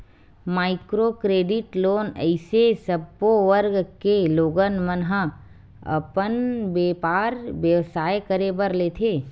micro credit loan अइसे सब्बो वर्ग के लोगन मन ह अपन बेपार बेवसाय करे बर लेथे